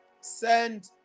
send